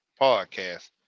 Podcast